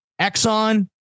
Exxon